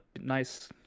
nice